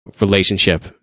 relationship